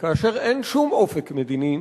כאשר אין שום אופק מדיני,